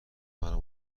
مرا